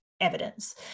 evidence